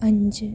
അഞ്ച്